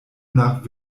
nach